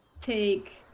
take